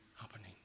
happening